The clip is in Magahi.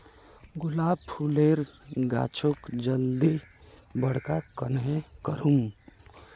गुलाब फूलेर गाछोक जल्दी बड़का कन्हे करूम?